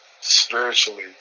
spiritually